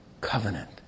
covenant